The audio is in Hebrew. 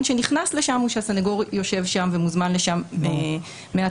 שנכנס לשם הוא שהסניגור יושב שם ומוזמן לשם מהתחלה.